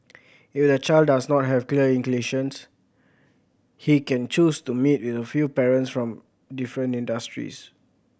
if the child does not have clear inclinations he can choose to meet with a few parents from different industries